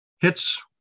hits